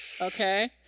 Okay